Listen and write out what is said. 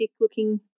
looking